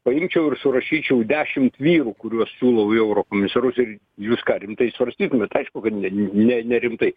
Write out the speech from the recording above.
paimčiau ir surašyčiau dešimt vyrų kuriuos siūlau į eurokomisarus ir jūs ką rimtai svarstytumėt aišku kad ne ne nerimtai